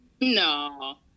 No